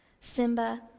Simba